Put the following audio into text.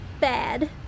Bad